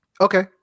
Okay